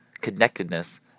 connectedness